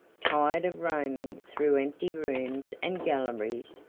tired of roaming through empty rooms and galleries,